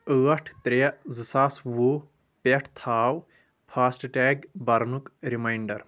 ٲٹھ ترٛےٚ زٕ ساسا وُہ پٮ۪ٹھ تھاو فاسٹ ٹیگ برنُک ریمنانڈر